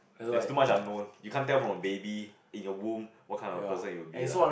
there's too much unknown you can't tell from a baby in a womb what kind of person he will be lah